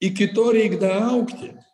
iki to reik daaugti